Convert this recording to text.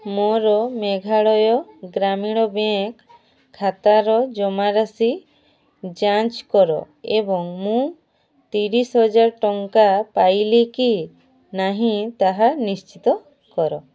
ମୋର ମେଘାଳୟ ଗ୍ରାମୀଣ ବ୍ୟାଙ୍କ୍ ଖାତାର ଜମାରାଶି ଯାଞ୍ଚ କର ଏବଂ ମୁଁ ତିରିଶହଜାର ଟଙ୍କା ପାଇଲି କି ନାହିଁ ତାହା ନିଶ୍ଚିତ କର